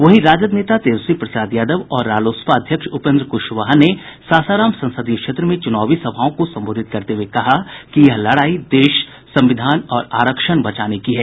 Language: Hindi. वहीं राजद नेता तेजस्वी प्रसाद यादव और रालोसपा अध्यक्ष उपेन्द्र क्शवाहा ने सासाराम संसदीय क्षेत्र में चुनावी सभाओं को संबोधित करते हये कहा कि यह लड़ाई देश संविधान और आरक्षण बचाने की है